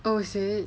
oh is it